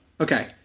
Okay